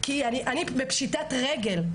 כי אני בפשיטת רגל,